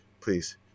please